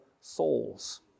souls